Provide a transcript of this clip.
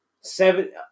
seven